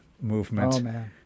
movement